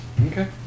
Okay